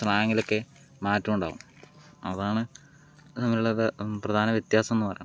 സ്ലാങ്ങിലൊക്കെ മാറ്റം ഉണ്ടാകും അതാണ് നമ്മളുടെ പ്രധാന വ്യത്യാസം എന്ന് പറയുന്നത്